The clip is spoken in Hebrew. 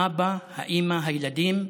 האבא, האימא, הילדים,